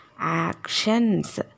actions